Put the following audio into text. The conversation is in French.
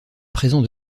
présent